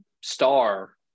star